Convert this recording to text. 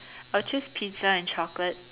I'll choose pizza and chocolate